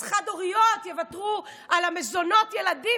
אז חד-הוריות יוותרו על מזונות הילדים